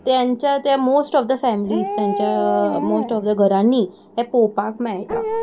तेंच्या ते most of the families तेंच्या मोस्ट ऑफ द घरांनी हे पोवपाक मेयटा